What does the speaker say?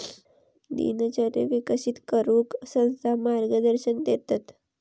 दिनचर्येक विकसित करूक संस्था मार्गदर्शन देतत